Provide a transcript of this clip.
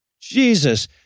Jesus